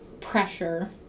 pressure